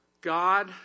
God